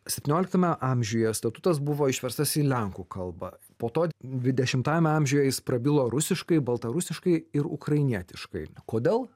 septynioliktame amžiuje statutas buvo išverstas į lenkų kalbą po to dvidešimtajame amžiuje jis prabilo rusiškai baltarusiškai ir ukrainietiškai kodėl